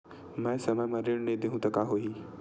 मैं समय म ऋण नहीं देहु त का होही